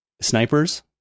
snipers